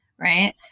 right